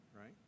Right